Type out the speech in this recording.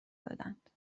دادند